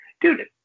Dude